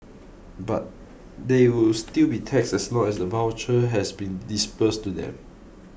but they will still be taxed as long as the voucher has been disbursed to them